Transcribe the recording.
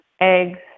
eggs